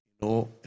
No